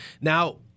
Now